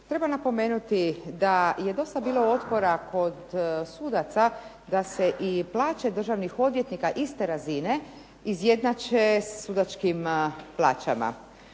Treba napomenuti da je dosta bilo otpora kod sudaca da se i plaće državnih odvjetnika iste razine izjednače sudačkim plaćama.